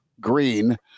green